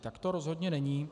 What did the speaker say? Tak to rozhodně není.